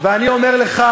ואת ההודעה